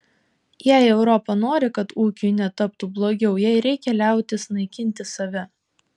jei europa nori kad ūkiui netaptų blogiau jai reikia liautis naikinti save